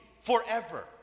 forever